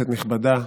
כנסת נכבדה,